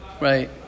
Right